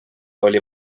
oli